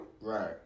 Right